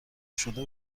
شده